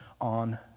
on